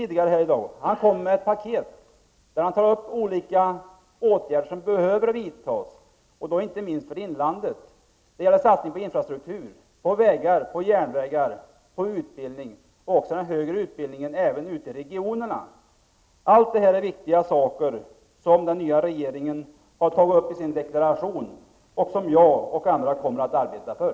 Han lade fram ett paket, där han presenterade olika åtgärder som behöver vidtas, inte minst när det gäller inlandet, såsom satsningar på infrastruktur, på vägar, järnvägar, utbildning och också på den högre utbildningen ute i regionerna. Allt detta är viktiga åtgärder som den nya regeringen har tagit upp i sin regeringsdeklaration och som jag och andra kommer att arbeta för.